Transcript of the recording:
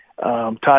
Todd